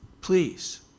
Please